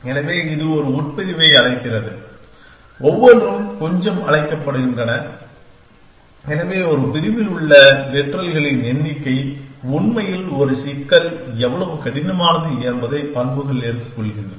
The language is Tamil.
எனவே இது ஒரு உட்பிரிவை அழைக்கிறது ஒவ்வொன்றும் கொஞ்சம் அழைக்கப்படுகின்றன எனவே ஒரு பிரிவில் உள்ள லிட்ரல்களின் எண்ணிக்கை உண்மையில் ஒரு சிக்கல் எவ்வளவு கடினமானது என்பதை பண்புகள் எடுத்துக்கொள்கின்றன